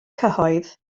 cyhoedd